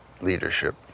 leadership